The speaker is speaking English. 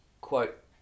quote